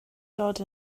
dod